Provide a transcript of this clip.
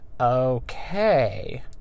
okay